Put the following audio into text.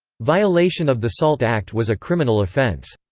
violation of the salt act was a criminal offence.